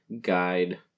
guide